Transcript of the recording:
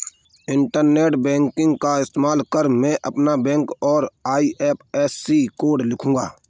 internet banking का इस्तेमाल कर मैं अपना बैंक और आई.एफ.एस.सी कोड लिखूंगा